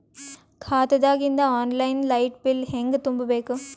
ಖಾತಾದಾಗಿಂದ online light bill ಹೇಂಗ ತುಂಬಾ ಬೇಕು?